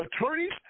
attorneys